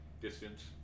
distance